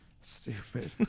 Stupid